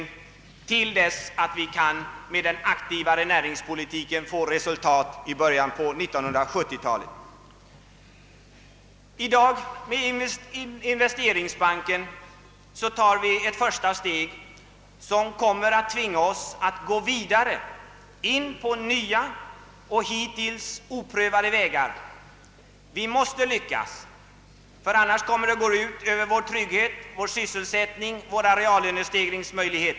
Allt detta får utnyttjas till dess att vi genom den aktivare näringspolitiken kan uppnå resultat i början på 1970-talet. I dag tar vi med investeringsbanken ett första steg som kommer att tvinga oss att fortsätta vidare på nya och oprövade vägar. Vi måste lyckas, ty annars kommer det att gå ut över tryggheten, sysselsättningen och reallönestegringarna.